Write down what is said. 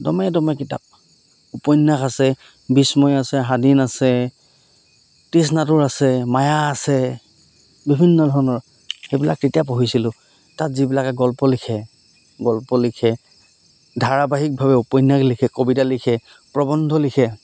দমে দমে কিতাপ উপন্যাস আছে বিস্ময় আছে সাদিন আছে তৃষ্ণাতুৰ আছে মায়া আছে বিভিন্ন ধৰণৰ সেইবিলাক তেতিয়া পঢ়িছিলোঁ তাত যিবিলাকে গল্প লিখে গল্প লিখে ধাৰাবাহিকভাৱে উপন্যাস লিখে কবিতা লিখে প্ৰবন্ধ লিখে